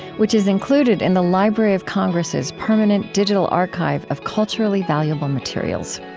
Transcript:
which is included in the library of congress's permanent digital archive of culturally valuable materials.